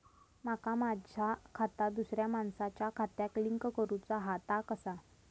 माका माझा खाता दुसऱ्या मानसाच्या खात्याक लिंक करूचा हा ता कसा?